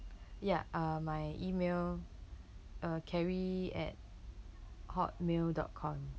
ya uh my email uh carrie at hotmail dot com